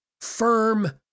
firm